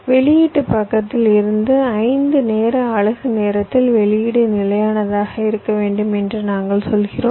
வெளியீட்டு பக்கத்தில் இருந்து 5 நேர அலகு நேரத்தில் வெளியீடு நிலையானதாக இருக்க வேண்டும் என்று நாங்கள் சொல்கிறோம்